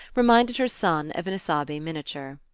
reminded her son of an isabey miniature.